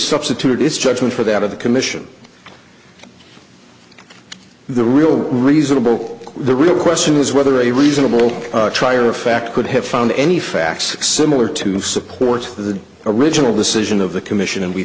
substitute its judgment for that of the commission the real reasonable the real question is whether a reasonable trier of fact could have found any facts similar to support the original decision of the commission and we